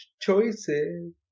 Choices